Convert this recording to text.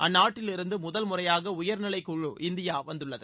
அந்நாட்டிலிருந்து முதல்முறையாக உயர்நிலைக் குழு இந்தியா வந்துள்ளது